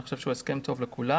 אני חושב שהוא הסכם טוב לכולם.